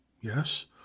yes